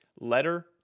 Letter